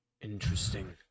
Interesting